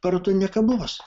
paroda nekabos